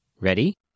Ready